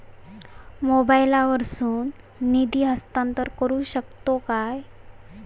मोबाईला वर्सून निधी हस्तांतरण करू शकतो काय?